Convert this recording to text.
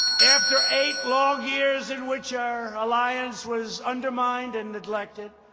after eight long years in which our alliance was undermined and neglected,